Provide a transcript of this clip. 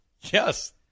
Yes